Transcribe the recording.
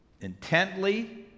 Intently